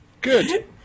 good